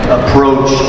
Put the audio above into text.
approach